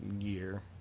year